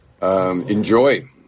Enjoy